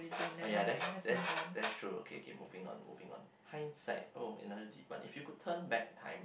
oh ya that's that's that's true okay okay moving on moving on hindsight oh another deep one if you could turn back time